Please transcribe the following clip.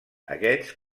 aquests